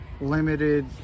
limited